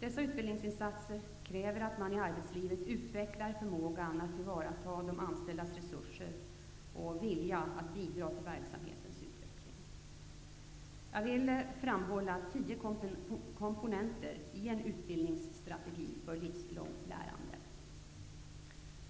Dessa utbildningsinsatser kräver att man i arbetslivet utvecklar förmågan att tillvarata de anställdas resurser och vilja att bidra till verksamhetens utveckling. Jag vill framhålla tio komponenter i en utbildningsstrategi för livslångt lärande.